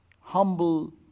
humble